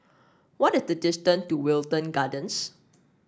what is the distance to Wilton Gardens